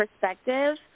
perspective